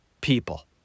people